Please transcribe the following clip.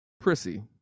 prissy